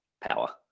power